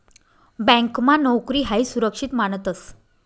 ब्यांकमा नोकरी हायी सुरक्षित मानतंस